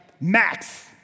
Max